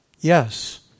yes